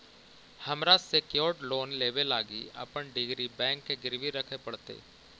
हमरा secured loan लेबे लागी अपन डिग्री बैंक के गिरवी रखे पड़तई